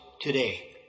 today